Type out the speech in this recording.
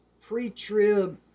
pre-trib